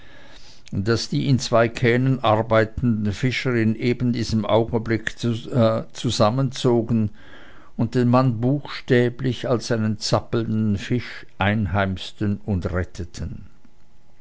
das die in zwei kähnen arbeitenden fischer in eben diesem augenblicke zusammenzogen und den mann buchstäblich als einen zappelnden fisch einheimsten und retteten